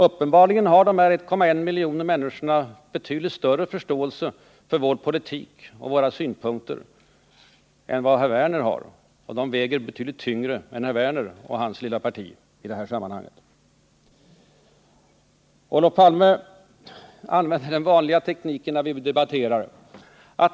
Uppenbarligen har dessa 1,1 miljoner människor betydligt större förståelse för vår politik och våra synpunkter än vad herr Werner har. Och i detta sammanhang väger dessa människor betydligt tyngre än vad herr Werner och hans lilla parti gör. Olof Palme använder den vanliga tekniken när vi debatterar.